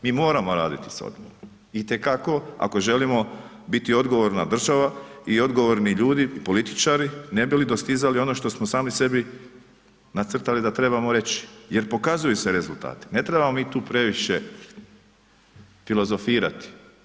Mi moramo raditi s … itekako ako želimo biti odgovorna država i odgovorni ljudi političari ne bi li dostizali ono što smo sami sebi nacrtali da trebamo reći jer pokazuju se rezultati, ne trebamo mi tu previše filozofirati.